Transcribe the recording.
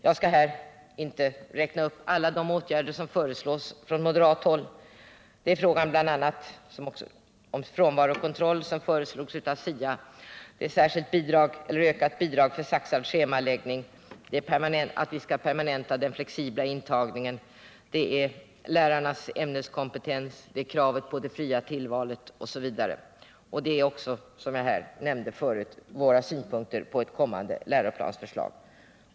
Jag skall här inte räkna upp alla de åtgärder som föreslås i moderatmotionen. Låt mig bara nämna förslagen om frånvarokontroll = som också finns med i SIA utredningen —, om ökade bidrag till saxad schemaläggning, om permanentning av den flexibla intagningen, om lärarnas ämneskompetens, om det fria I vår partimotion redovisas också, som jag tidigare nämnde, våra synpunkter på ett kommande läroplansförslag.